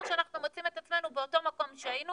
שאנחנו מוצאים את עצמנו באותו מקום שהיינו